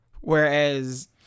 whereas